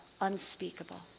unspeakable